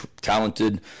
talented